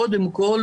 קודם כל,